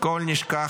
הכול נשכח,